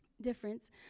difference